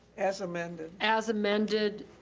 as amended as amended